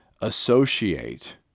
associate